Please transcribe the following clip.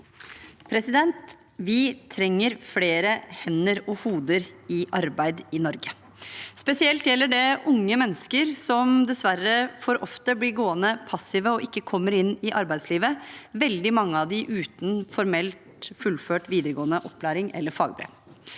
Vi trenger flere hender og hoder i arbeid i Norge. Spesielt gjelder det unge mennesker som dessverre for ofte blir gående passive og ikke kommer inn i arbeidslivet, veldig mange av dem uten formelt fullført videregående opplæring eller fagbrev.